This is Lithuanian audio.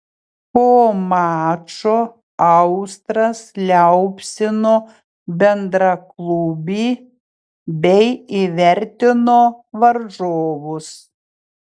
po mačo austras liaupsino bendraklubį bei įvertino varžovus